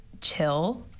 chill